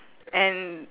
and